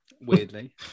weirdly